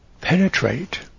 penetrate